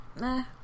Nah